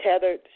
Tethered